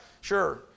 sure